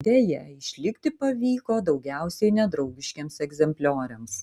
deja išlikti pavyko daugiausiai nedraugiškiems egzemplioriams